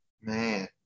Man